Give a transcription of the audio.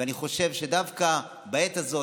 ואני חושב שדווקא בעת הזאת,